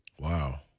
Wow